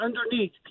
underneath